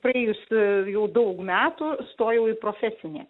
praėjus jau daug metų stojau į profesinį